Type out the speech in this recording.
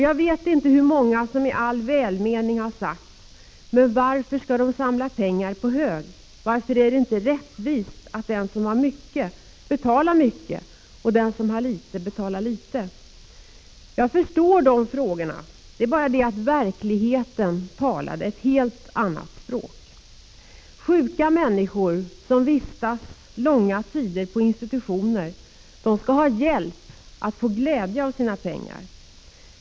Jag vet inte hur många som i all välmening har sagt: Men varför skall de samla pengar på hög? Varför är det inte rättvist att den som har mycket pengar betalar mycket och den som har litet betalar litet? Jag förstår de frågorna. Det är bara det att verkligheten talar ett helt annat språk Sjuka människor, som vistas långa tider på institutioner, skall ha hjälp att 1 få glädje av sina pengar.